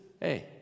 hey